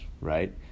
right